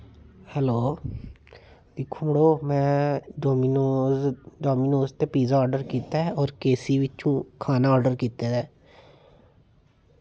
hello दिक्खो मड़ो में डोमिनोज़ ते पिज्जा ऑर्डर कीता हा होर केसी बिच दा खाना ऑर्डर कीते दा